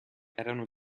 erano